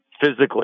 physically